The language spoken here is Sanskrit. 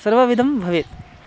सर्वविधं भवेत्